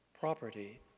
property